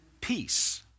peace